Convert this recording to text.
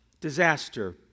disaster